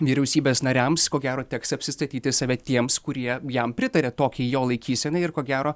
vyriausybės nariams ko gero teks apsistatyti save tiems kurie jam pritaria tokiai jo laikysenai ir ko gero